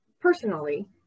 personally